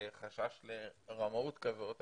עם חשש לרמאות כזאת,